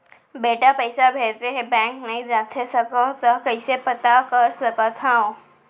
बेटा पइसा भेजे हे, बैंक नई जाथे सकंव त कइसे पता कर सकथव?